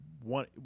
One